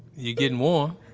you're getting warm